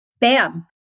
Bam